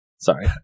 Sorry